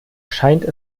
scheint